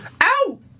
Ow